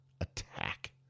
attack